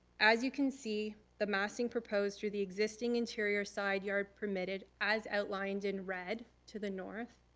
as you can see, the massing proposed through the existing interior side yard permitted as outlined in red to the north,